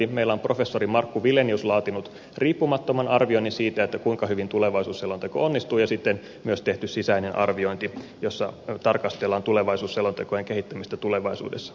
meillä on professori markku wilenius laatinut riippumattoman arvioinnin siitä kuinka hyvin tulevaisuusselonteko onnistui ja sitten on myös tehty sisäinen arviointi jossa tarkastellaan tulevaisuusselontekojen kehittymistä tulevaisuudessa